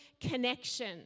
connection